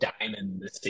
diamond